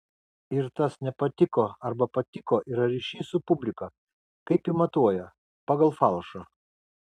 ir tas nepatiko arba patiko yra ryšys su publika kaip ji matuoja pagal falšą